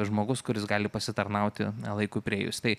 žmogus kuris gali pasitarnauti na laiku priėjus tai